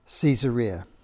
Caesarea